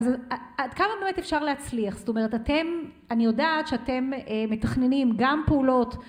עד כמה באמת אפשר להצליח, זאת אומרת, אתם, אני יודעת שאתם מתכננים גם פעולות